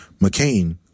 McCain